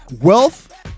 wealth